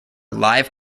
live